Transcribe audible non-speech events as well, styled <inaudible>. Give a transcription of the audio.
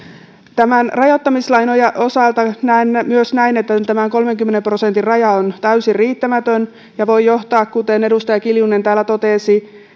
tämän rajoittamislain osalta näen myös näin että tämä kolmenkymmenen prosentin raja on täysin riittämätön ja voi johtaa kuten edustaja kiljunen täällä totesi <unintelligible>